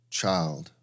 child